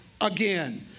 again